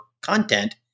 content